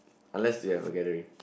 unless there are a gathering